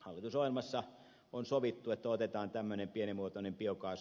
hallitusohjelmassa on sovittu että otetaan tämmöinen pienimuotoinen biokaasu